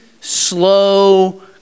slow